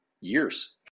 years